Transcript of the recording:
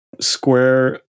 square